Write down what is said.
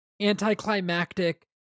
anticlimactic